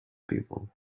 people